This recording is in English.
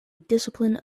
discipline